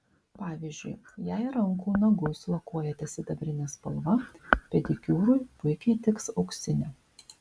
pavyzdžiui jei rankų nagus lakuojate sidabrine spalva pedikiūrui puikiai tiks auksinė